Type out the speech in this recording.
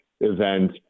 event